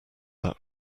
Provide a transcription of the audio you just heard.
that